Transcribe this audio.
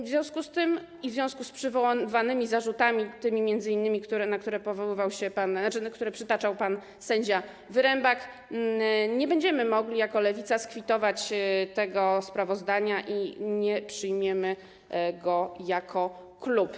W związku z tym i w związku z przywołanymi zarzutami, m.in. tymi, na które powoływał się, które przytaczał pan sędzia Wyrembak, nie będziemy mogli jako Lewica skwitować tego sprawozdania i nie przyjmiemy go jako klub.